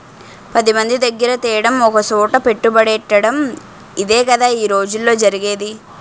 పదిమంది దగ్గిర తేడం ఒకసోట పెట్టుబడెట్టటడం ఇదేగదా ఈ రోజుల్లో జరిగేది